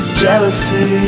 jealousy